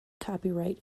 copyright